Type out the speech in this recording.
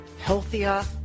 healthier